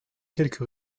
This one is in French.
quelques